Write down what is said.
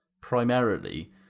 Primarily